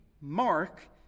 Mark